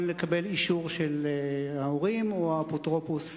לקבל אישור של ההורים או האפוטרופוס.